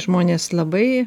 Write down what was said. žmonės labai